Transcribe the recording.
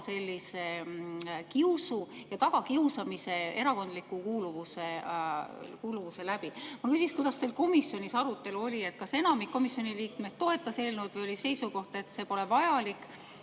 kaasa kiusu ja tagakiusamise erakondliku kuuluvuse alusel. Küsiksin, kuidas teil komisjonis arutelu oli: kas enamik komisjoni liikmeid toetas eelnõu või oli seisukoht, et see pole vajalik,